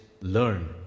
learn